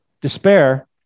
despair